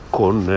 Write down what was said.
con